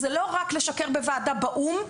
זה לא רק לשקר בוועדה באו"ם,